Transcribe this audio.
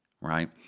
Right